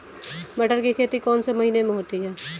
मटर की खेती कौन से महीने में होती है?